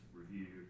review